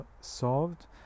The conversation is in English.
solved